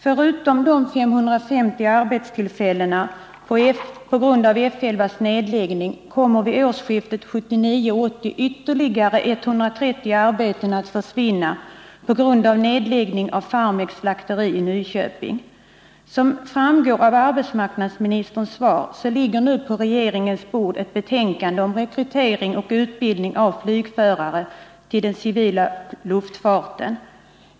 Förutom de 550 arbetstillfällen som går förlorade på grund av F 11:s nedläggning kommer vid årsskiftet 1979-1980 ytterligare 130 arbeten att försvinna på grund av nedläggning av Farmeks slakteri i Nyköping. Som framgår av arbetsmarknadsministerns svar ligger nu på regeringens bord ett betänkande om rekrytering och utbildning av flygförare till den civila luftfarten.